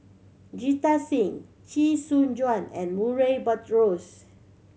Jita Singh Chee Soon Juan and Murray Buttrose